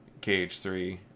kh3